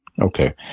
okay